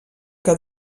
que